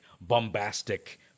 bombastic